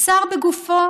עצר בגופו